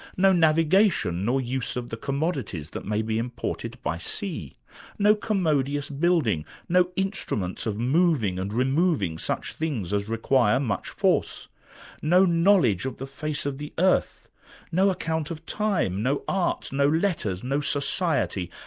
no navigation nor use of the commodities that may be imported by sea no commodious building, no instruments of moving and removing such things as require much force no knowledge of the face of the earth no account of time no arts, no letters, no society,